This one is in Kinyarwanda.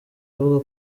avuga